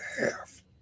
half